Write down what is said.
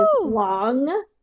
long